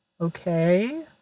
okay